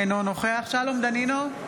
אינו נוכח שלום דנינו,